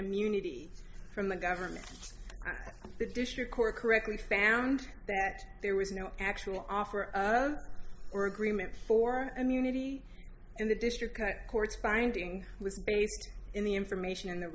immunity from the government and the district court correctly found that there was no actual offer or agreement for immunity and the district courts finding was based in the information on the